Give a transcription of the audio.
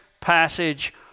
passage